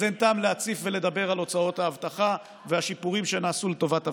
אז אין טעם להציף ולדבר על הוצאות האבטחה והשיפורים שנעשו לטובת האבטחה.